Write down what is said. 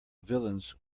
villains